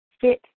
fit